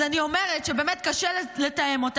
אז אני אומרת שבאמת קשה לתאם.